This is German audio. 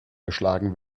geschlagen